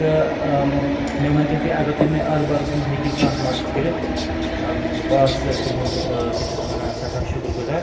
تہٕ مےٚ ؤنۍتو تُہۍ اگر تُہۍ مےٚ اَتھ بارَس منٛز ہیٚکِو کانٛہہ مَدتھ کٔرِتھ بہٕ آسہٕ تُہُنٛد کیٛاہ چھِ اَتھ وَنان سٮ۪ٹھاہ شُکُر گُزار